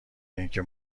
اینکه